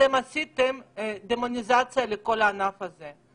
אתם עשיתם דמוניזציה לכל הענף הזה.